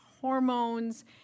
hormones